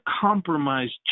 compromised